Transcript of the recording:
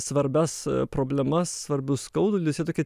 svarbias problemas svarbius skaudulius jie tokie